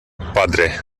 padre